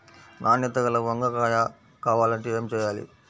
నాణ్యత గల వంగ కాయ కావాలంటే ఏమి చెయ్యాలి?